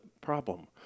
problem